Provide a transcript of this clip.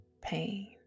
pain